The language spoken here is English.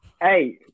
Hey